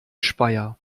speyer